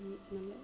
நல்ல